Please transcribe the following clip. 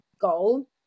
goal